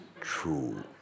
true